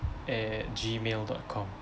at gmail dot com